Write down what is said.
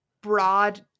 broad